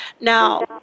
Now